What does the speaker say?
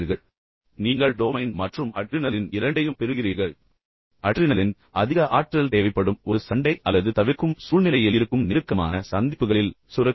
பின்னர் நீங்கள் டோபமைன் மற்றும் அட்ரினலின் இரண்டையும் பெறுகிறீர்கள் அட்ரினலின் ஏற்கனவே நான் உங்களுடன் பேசினேன் இது நீங்கள் அதிக ஆற்றல் தேவைப்படும் ஒரு சண்டை அல்லது பறக்கும் சூழ்நிலையில் இருக்கும் நெருக்கமான சந்திப்புகளில் சுரக்கிறது